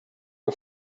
are